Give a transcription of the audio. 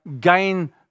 gain